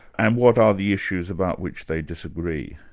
and what are the issues about which they disagree?